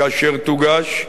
כאשר תוגש,